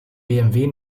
bmw